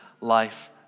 life